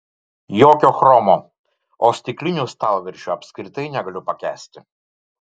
jokio chromo o stiklinių stalviršių apskritai negaliu pakęsti